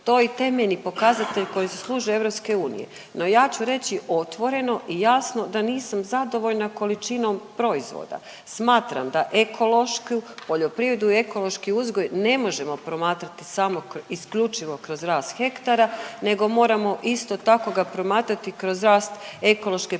To je temeljni pokazatelj koji zaslužuje EU. No ja ću reći otvoreno i jasno da nisam zadovoljna količinom proizvoda. Smatram da ekološku poljoprivredu i ekološki uzgoj ne možemo promatrati samo isključivo kroz rast hektara nego moramo isto tako ga promatrati kroz rast ekološke proizvodnje